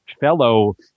fellow